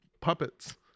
puppets